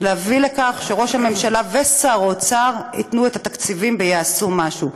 להביא לכך שראש הממשלה ושר האוצר ייתנו את התקציבים ויעשו משהו.